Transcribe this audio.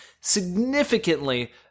significantly